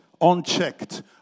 unchecked